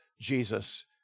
Jesus